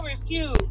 refuse